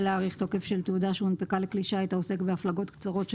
להאריך תוקף של תעודה שהונפקה לכלי שיט העוסק בהפלגות קצרות,